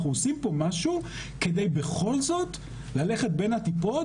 אנחנו עושים פה משהו כדי בכול זאת ללכת בין הטיפות